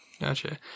Gotcha